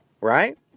right